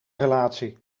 relatie